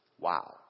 wow